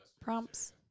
prompts